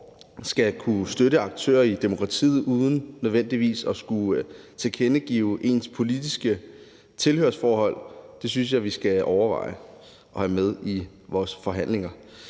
skal kunne støtte aktører i demokratiet uden nødvendigvis at skulle tilkendegive sit politiske tilhørsforhold, synes jeg vi skal overveje om vi vil have med i vores forhandlinger.